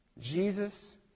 Jesus